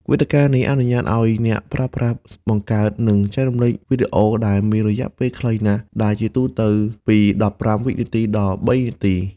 វេទិកានេះអនុញ្ញាតឱ្យអ្នកប្រើប្រាស់បង្កើត និងចែករំលែកវីដេអូដែលមានរយៈពេលខ្លីណាស់ ដែលជាទូទៅពី ១៥ វិនាទី ដល់ ៣ នាទី។